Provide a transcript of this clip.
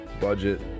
budget